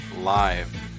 live